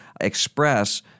express